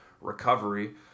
recovery